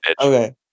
Okay